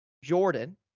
Jordan